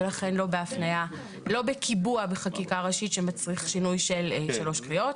ולכן לא בקיבוע בחקיקה ראשית שמצריך שינוי של שלוש קריאות.